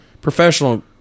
professional